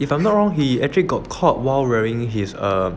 if I'm not wrong he actually got caught while wearing his err